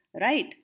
right